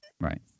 Right